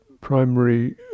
primary